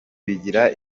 bigira